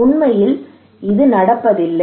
ஆனால் உண்மையில் இது நடப்பதில்லை